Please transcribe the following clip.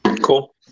Cool